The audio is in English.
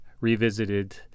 revisited